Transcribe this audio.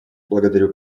благодарю